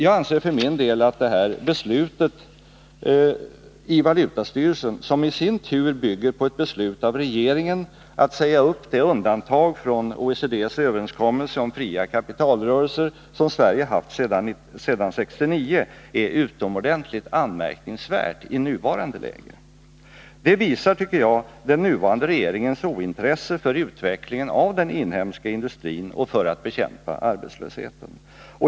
Jag anser för min del att det här beslutet i valutastyrelsen, som i sin tur bygger på ett beslut av regeringen att säga upp det undantag från OECD:s överenskommelse om fria kapitalrörelser som Sverige haft sedan 1969, är utomordentligt anmärkningsvärt i nuvarande läge. Det visar, tycker jag, den nuvarande regeringens ointresse för utvecklingen av den inhemska industrin för att bekämpa arbetslösheten.